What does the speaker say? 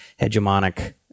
hegemonic